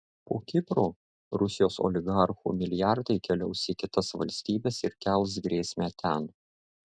po kipro rusijos oligarchų milijardai keliaus į kitas valstybes ir kels grėsmę ten